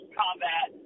combat